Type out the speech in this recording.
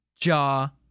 jaw